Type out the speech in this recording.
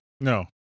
No